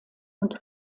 und